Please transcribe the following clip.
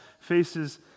faces